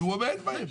כי הוא עומד בהם.